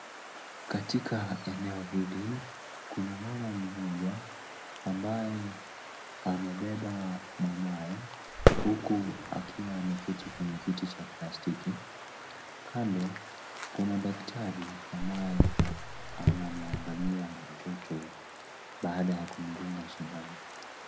Katika eneo hili, kuna mama mmoja ambaye amebeba mwanawe huku akiwa ameketi kwenye kiti cha plastiki. Kando kuna daktari ambaye anamwangalia mtoto baada ya kumdunga sindano.